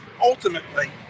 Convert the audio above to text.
ultimately